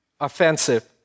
offensive